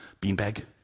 beanbag